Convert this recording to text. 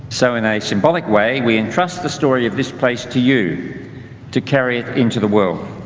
so in a symbolic way, we entrust the story of this place to you to carry it into the world.